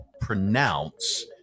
pronounce